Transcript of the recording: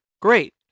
Great